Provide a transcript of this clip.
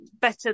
better